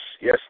yes